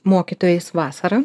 mokytojais vasarą